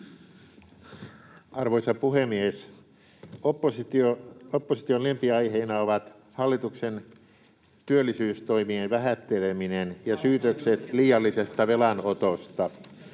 Arvoisa puhemies! Opposition lempiaiheina ovat hallituksen työllisyystoimien vähätteleminen ja syytökset liiallisesta velanotosta.